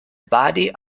body